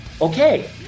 okay